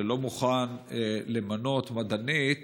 שלא מוכן למנות מדענית